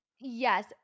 yes